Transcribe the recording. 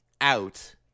out